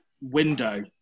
window